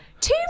Two